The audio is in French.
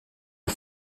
aux